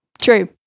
True